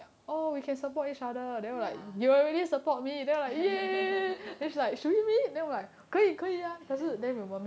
ya